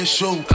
show